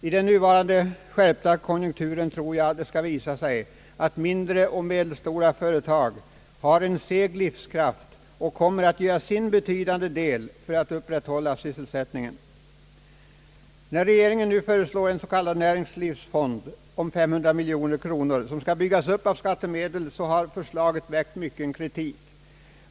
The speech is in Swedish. I den nuvarande skärpta konjunkturen tror jag att det skall visa sig att mindre och medelstora företag har en seg livs kraft och kommer att göra sin betydande del för att upprätthålla sysselsättningen. När regeringen nu föreslår en så kallad näringslivsfond om 500 miljoner kronor, som skall byggas upp av skattemedel, så har förslaget väckt mycken kritik.